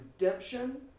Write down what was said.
redemption